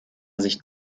sicht